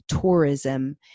tourism